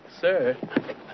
Sir